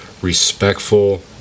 respectful